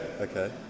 Okay